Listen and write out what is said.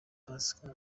pasika